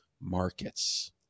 markets